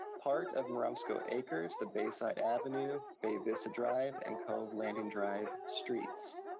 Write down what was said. part of marumsco acres, the bayside avenue, bay vista drive, and cove landing drive streets.